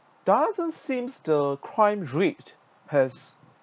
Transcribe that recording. doesn't seem the crime rate has